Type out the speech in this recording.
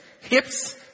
hips